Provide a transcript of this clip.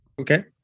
Okay